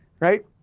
right,